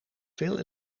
veel